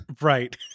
right